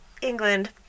England